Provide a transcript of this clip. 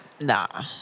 Nah